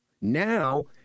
now